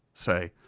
say.